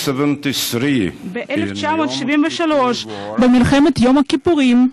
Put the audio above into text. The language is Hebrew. השנייה, ב-1973, במלחמת יום הכיפורים,